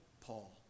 Paul